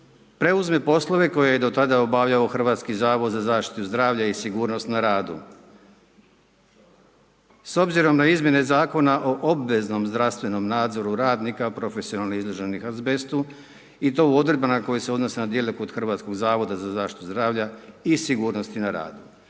preuzme poslove koje je do tada obavljao Hrvatski zavod za zaštitu zdravlja i sigurnost na radu. S obzirom na izmjene Zakona o obveznom zdravstvenom nadzoru radnika profesionalno izloženom azbestu, i to Odredba na koja se odnosi na dijelu kod Hrvatskog zavoda za zaštitu zdravlja i sigurnosti na radu.